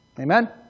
Amen